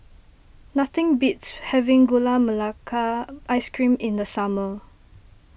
nothing beats having Gula Melaka Ice Cream in the summer